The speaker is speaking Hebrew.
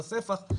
את הספח,